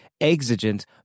exigent